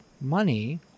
money